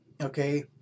Okay